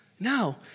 No